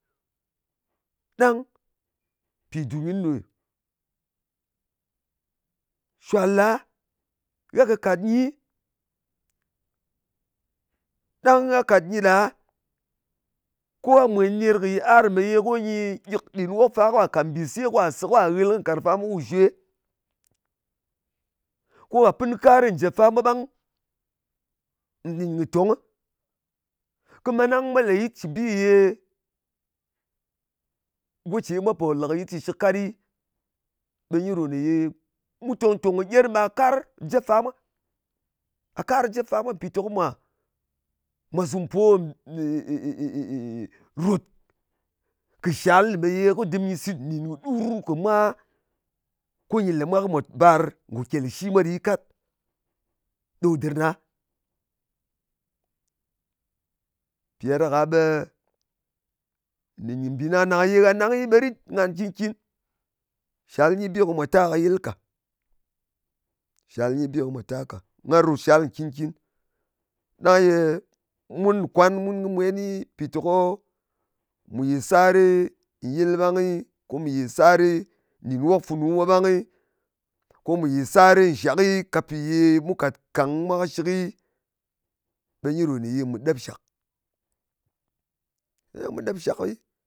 Ɗang pì dùn kɨni ɗo nyɨ. Shuwal ɗa, gha kɨkat ɗi, ɗang gha kat ɗɨ ɗa, ko gha mwèn ner kɨ yiar ne ye ko nyɨ gyɨk ɗin wok fa ka kàt mbìse ka se ka ghɨl kɨ nkarng fa mwa, ku shwe, ko ghà pɨn karɨ njèp fa mwa ɓang nɗin kɨ tongɨ, ko manang mwa leyit shɨ bi yē go ce mwa pò lē kɨ yit shɨshɨk kat ɗɨ, ɓe nyi ɗo nē ye mu tong-tòng kɨ germ ɓa kar jep fa mwa. A kar jep fa mwa mpìteko mwà su mpò, ròt kɨ shal meye kɨ dɨm nyɨ sìt nɗìn kɨ ɗur kɨ mwa, ko nyɨ lē mwa, ko mwa bar ngò kyelshi mwa ɗi kat, ɗo dɨr na. Mpì ɗa ɗak-a ɓe nɗin kɨ mbì nàng-nàng ye gha nangɨ, ɓe rit ngan nkìn-kin. Shal nyi bi ko mwà ta ka yɨl ka. Shal nyi bi ko mwà ta ka. Nga ròt shal nkìn-kin. Ɗang ye mùn kwan, mun kɨ mwenɨ, mpiteko mu ye sari nyɨl ɓangɨ, ko mù ye sari nwok funu mwa ɓangɨ, ko mù yè sari nshaki, ka pi ye mu kàt kang mwa kɨshɨkɨ, ɓe nyi ɗo ne ye mù ɗep shak. Kaɗang mu ɗep shakɨ